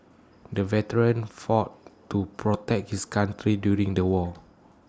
the veteran fought to protect his country during the war